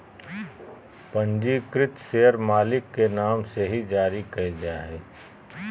पंजीकृत शेयर मालिक के नाम से ही जारी क़इल जा हइ